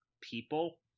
people